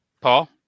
Paul